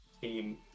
team